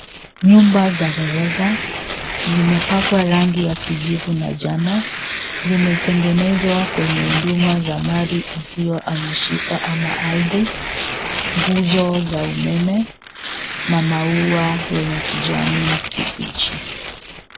Nyumba za ghorofa zimepakwa rangi ya kijivu na njano limetengenezwa kwenye huduma za mali isiyohamishika ama ardhi, nguzo za umeme na maua yenye kijani kibichi.